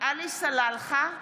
עלי סלאלחה,